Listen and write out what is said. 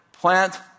plant